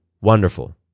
Wonderful